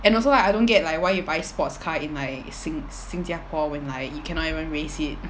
and also like I don't get like why you buy sports car in like 新新加坡 when like you cannot even race it